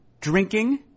drinking